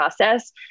process